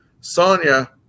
Sonya